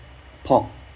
pork